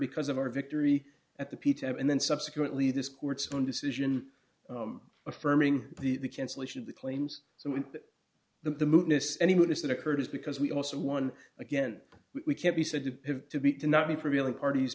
because of our victory at the pizza and then subsequently this court's decision affirming the cancellation of the claims so when the anyone is that occurred is because we also won again we can't be said to have to be to not be prevailing parties